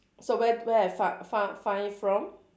so where where I fi~ fou~ find from